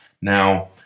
Now